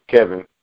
Kevin